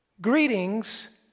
Greetings